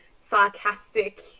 sarcastic